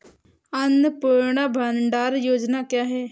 अन्नपूर्णा भंडार योजना क्या है?